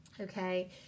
okay